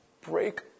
Break